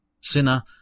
Sinner